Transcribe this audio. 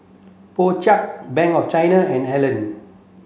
Po Chai Bank of China and Helen